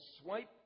swipe